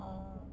orh